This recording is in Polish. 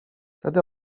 wtedy